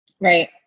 Right